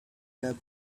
the